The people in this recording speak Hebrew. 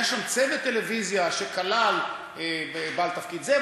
היה שם צוות טלוויזיה שכלל בעל תפקיד זה,